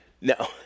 No